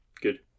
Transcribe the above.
Good